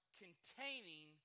containing